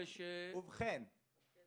יש שתי